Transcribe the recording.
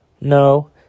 no